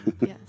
Yes